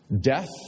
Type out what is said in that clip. Death